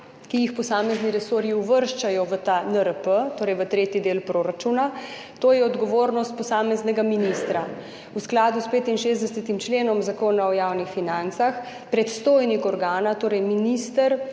ki jih posamezni resorji uvrščajo v ta NRP, torej v tretji del proračuna. To je odgovornost posameznega ministra. V skladu s 65. členom Zakona o javnih financah predstojnik organa, torej minister,